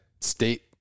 state –